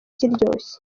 kiryoshye